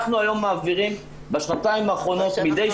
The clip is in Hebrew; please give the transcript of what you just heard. אנחנו היום מעבירים בשנתיים האחרונות מדי